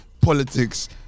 politics